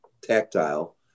tactile